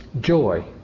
joy